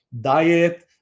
diet